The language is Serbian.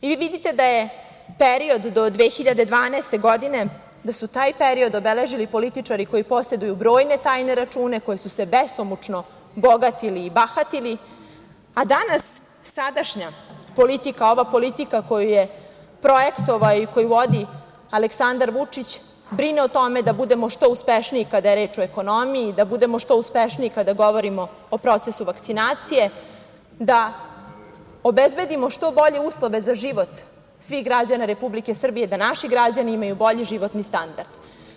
Vi vidite da je period do 2012. godine, da su taj period obeležili političari koji poseduju brojne tajne račune, koji su se besomučno bogatili i bahatili, a danas sadašnja politika, ova politika koju je projektovao i koju vodi Aleksandar Vučić, brine o tome da budemo što uspešniji kada je reč o ekonomiji, da budemo što uspešniji kada govorimo o procesu vakcinacije, da obezbedimo što bolje uslove za život svih građana Republike Srbije, da naši građani imaju bolji životni standard.